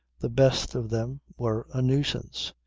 the best of them were a nuisance.